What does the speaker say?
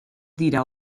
dira